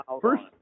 First